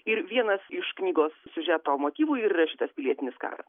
ir vienas iš knygos siužeto motyvų ir yra šitas pilietinis karas